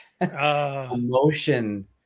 emotion